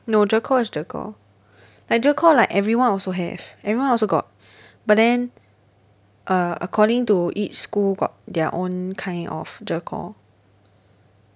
no GER core is GER core like GER core like everyone also have everyone also got but then err according to each school got their own kind of GER core